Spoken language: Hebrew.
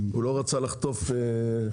הוא לא רצה לחטוף חבטות.